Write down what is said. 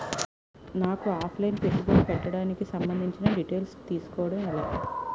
నాకు offline పెట్టుబడి పెట్టడానికి సంబందించిన డీటైల్స్ తెలుసుకోవడం ఎలా?